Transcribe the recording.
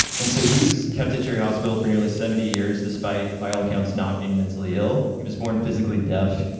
and so he was kept at cherry hospital for nearly seventy years, despite by all accounts not being mentally ill, he was born physically deaf,